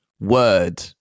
word